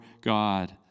God